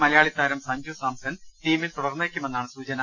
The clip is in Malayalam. മലയാളിതാരം സ്യഞ്ജു സാംസൺ ടീമിൽ തുടർന്നേക്കുമെന്നാണ് സൂചന